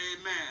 Amen